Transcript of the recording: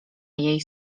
jej